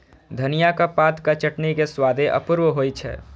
धनियाक पातक चटनी के स्वादे अपूर्व होइ छै